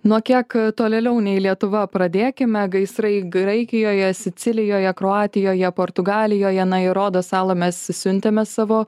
nuo kiek tolėliau nei lietuva pradėkime gaisrai graikijoje sicilijoje kroatijoje portugalijoje na į rodo salą mes siuntėme savo